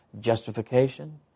justification